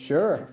Sure